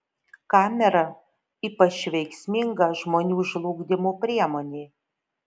kamera ypač veiksminga žmonių žlugdymo priemonė